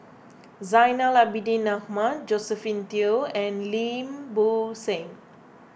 Zainal Abidin Ahmad Josephine Teo and Lim Bo Seng